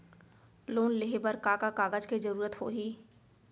Loan लेहे बर का का कागज के जरूरत होही?